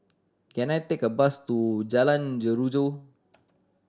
can I take a bus to Jalan Jeruju